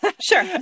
sure